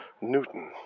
Newton